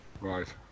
right